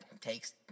takes